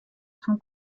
son